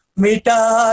mita